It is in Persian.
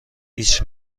هیچ